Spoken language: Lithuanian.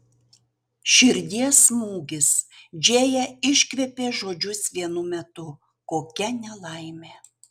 širdies smūgis džėja iškvėpė žodžius vienu metu kokia nelaimė